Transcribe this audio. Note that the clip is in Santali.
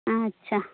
ᱟᱪᱪᱷᱟ